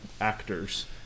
actors